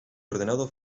ordenado